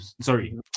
Sorry